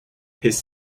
his